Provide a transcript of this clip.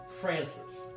Francis